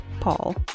Paul